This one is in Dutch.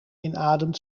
inademt